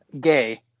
gay